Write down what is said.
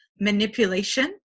manipulation